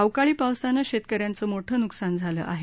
अवकाळी पावसानं शेतकऱ्यांचं मोठं नुकसान झालं आहे